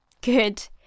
Good